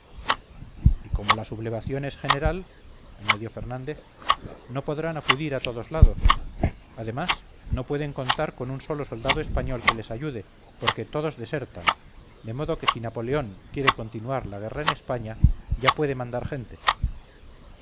y como la sublevación es general añadió fernández no podrán acudir a todos lados además no pueden contar con un solo soldado español que les ayude porque todos desertan de modo que si napoleón quiere continuar la guerra en españa ya puede mandar gente